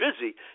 busy